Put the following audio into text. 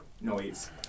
noise